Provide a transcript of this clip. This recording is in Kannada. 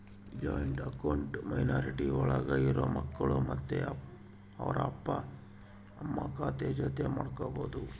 ಜಾಯಿಂಟ್ ಅಕೌಂಟ್ ಮೈನಾರಿಟಿ ಒಳಗ ಇರೋ ಮಕ್ಕಳು ಮತ್ತೆ ಅವ್ರ ಅಪ್ಪ ಅಮ್ಮ ಖಾತೆ ಜೊತೆ ಮಾಡ್ಬೋದು